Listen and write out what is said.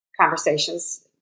conversations